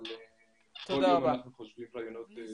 אבל כל יום אנחנו חושבים על רעיונות.